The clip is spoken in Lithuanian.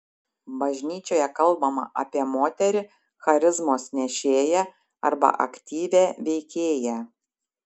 bažnyčioje kalbama apie moterį charizmos nešėją arba aktyvią veikėją